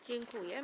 Dziękuję.